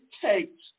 takes